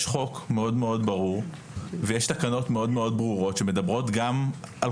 חוק מאוד מאוד ברור ויש תקנות מאוד מאוד ברורות שמדברות גם על